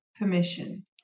permission